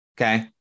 Okay